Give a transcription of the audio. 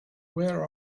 where